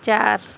چار